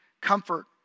comfort